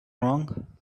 wrong